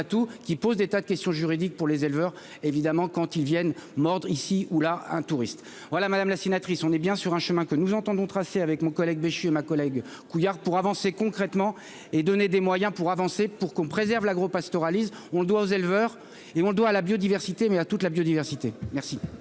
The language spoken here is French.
qui pose des tas de questions juridiques pour les éleveurs, évidemment, quand ils viennent mordre ici ou là, un touriste voilà madame la sénatrice, on est bien sur un chemin que nous entendons tracées avec mon collègue Béchu ma collègue Couillard pour avancer concrètement et donner des moyens pour avancer pour qu'on préserve l'agro-pastoralisme, on le doit aux éleveurs, ils vont le dos à la biodiversité, mais à toute la biodiversité, merci,